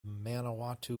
manawatu